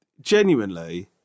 genuinely